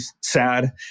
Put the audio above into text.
sad